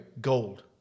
gold